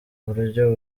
buryo